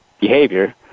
behavior